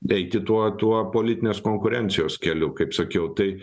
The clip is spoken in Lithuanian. eiti tuo tuo politinės konkurencijos keliu kaip sakiau tai